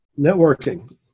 Networking